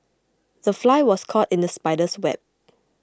the fly was caught in the spider's web